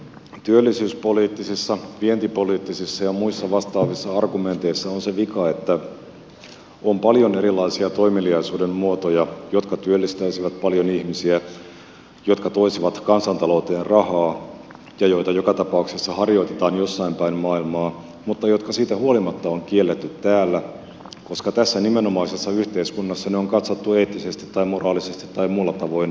työllisyyspoliittisissa vientipoliittisissa ja muissa vastaavissa argumenteissa on se vika että on paljon erilaisia toimeliaisuuden muotoja jotka työllistäisivät paljon ihmisiä jotka toisivat kansantalouteen rahaa ja joita joka tapauksessa harjoitetaan jossain päin maailmaa mutta jotka siitä huolimatta on kielletty täällä koska tässä nimenomaisessa yhteiskunnassa ne on katsottu eettisesti tai moraalisesti tai muulla tavoin ongelmallisiksi